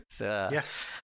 Yes